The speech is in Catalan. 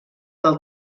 del